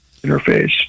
Interface